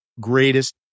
greatest